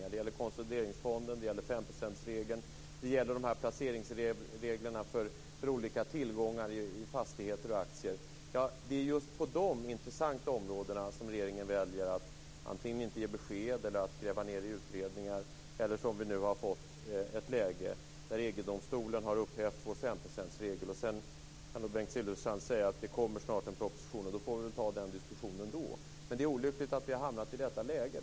Det gäller konsolideringsfonden, 5 procentsregeln och placeringsreglerna för olika tillgångar i fastigheter och aktier. Problemet är att regeringen på de intressanta områdena väljer att inte ge besked eller gräva ned frågor i utredningar. Vi har ju nu ett läge där EG-domstolen har upphävt vår 5 procentsregel. Bengt Silfverstrand säger att det snart kommer en proposition. Vi får väl ta den diskussionen då. Men det är olyckligt att vi har hamnat i detta läge.